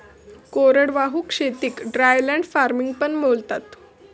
कोरडवाहू शेतीक dryland farming पण बोलतात